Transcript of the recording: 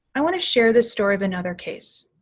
i want to share this story of another case.